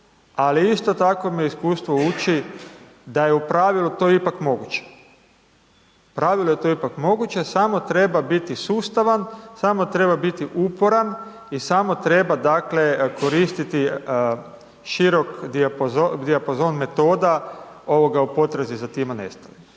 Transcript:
ali isto tako me iskustvo uči da je u pravilu to ipak moguće, u pravilu je to ipak moguće, samo treba biti sustavan, samo treba biti uporan i samo treba, dakle, koristit širok dijapazon metoda u potrazi za tima nestalima.